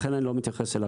לכן אני לא מתייחס אליו.